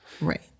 Right